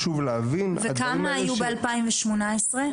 וכמה היו ב-2018?